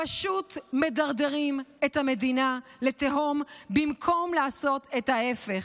פשוט מדרדרים את המדינה לתהום במקום לעשות את ההפך.